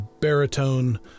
baritone